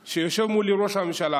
שיושב מולי ראש הממשלה,